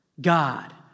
God